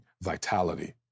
vitality